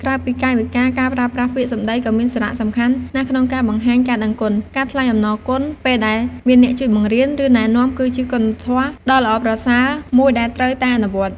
ក្រៅពីកាយវិការ ការប្រើប្រាស់ពាក្យសម្ដីក៏មានសារៈសំខាន់ណាស់ក្នុងការបង្ហាញការដឹងគុណ។ ការថ្លែងអំណរគុណ ពេលដែលមានអ្នកជួយបង្រៀន ឬណែនាំ គឺជាគុណធម៌ដ៏ល្អប្រសើរមួយដែលត្រូវតែអនុវត្ត។